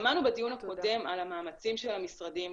שמענו בדיון הקודם על המאמצים של המשרדים,